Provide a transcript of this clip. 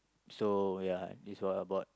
so ya this what about